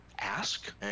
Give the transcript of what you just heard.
ask